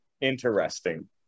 interesting